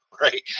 right